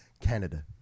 Canada